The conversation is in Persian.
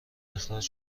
اخراج